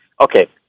Okay